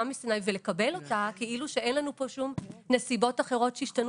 ולקבל אותה כאילו אין לנו פה שום נסיבות אחרות שהשתנו